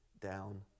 down